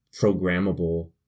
programmable